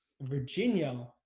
Virginia